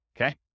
okay